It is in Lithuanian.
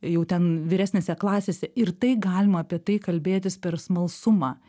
jau ten vyresnėse klasėse ir tai galima apie tai kalbėtis per smalsumą